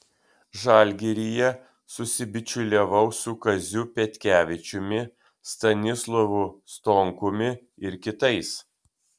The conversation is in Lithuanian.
žalgiryje susibičiuliavau su kaziu petkevičiumi stanislovu stonkumi ir kitais